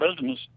business